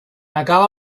acaba